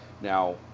Now